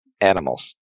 animals